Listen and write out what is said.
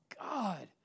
God